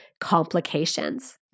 complications